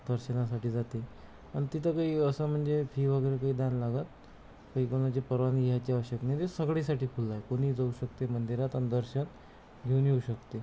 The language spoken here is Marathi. दर्शनासाठी जाते अन् तिथं काही असं म्हणजे फी वगैरे काही द्या न लागत काही पण म्हणजे परवानगी घ्यायची आवश्यक नाही ते सगळ्यासाठी खुलं आहे कोणीही जाऊ शकते मंदिरात आणि दर्शन घेऊन येऊ शकते